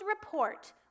report